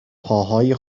پاهای